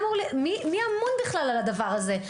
מי אמון בכלל על הדבר הזה?